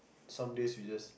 some days you just